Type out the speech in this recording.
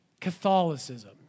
Catholicism